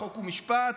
חוק ומשפט,